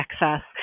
access